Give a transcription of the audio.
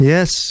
Yes